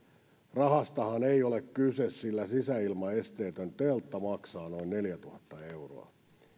rahastahan ei ole kyse sillä sisäilmaesteetön teltta maksaa noin neljätuhatta euroa